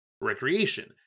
recreation